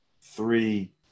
three